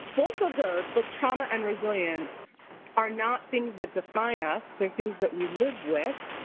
both of those both trauma and resilience are not things that define us, they're things that we live with,